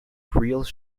creoles